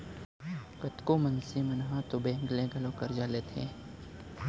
कतको मनसे मन ह तो बेंक ले घलौ करजा लेथें